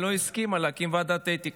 לא הסכימה להקים ועדת אתיקה.